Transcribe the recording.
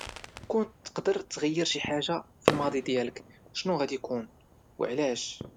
كون تقدر تغير شي حاجة فالماضي ديالك، شنو غادي يكون، وعلاش؟